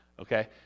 Okay